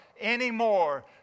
anymore